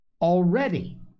already